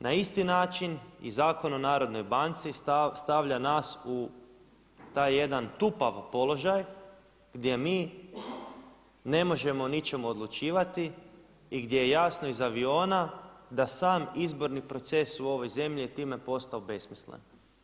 Na isti način i Zakon o Narodnoj banci stavlja nas u taj jedan tupav položaj gdje mi ne možemo o ničemu odlučivati i gdje je jasno iz aviona da sam izborni proces u ovoj zemlji je time postao besmislen.